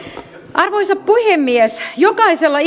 arvoisa puhemies jokaisella